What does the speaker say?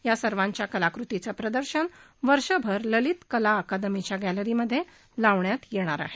या सर्वांच्याकलाकृतींचं प्रदर्शन वर्षभर ललित कला अकादमीच्या गॅलरीमध्ये लावण्यात येणार आहे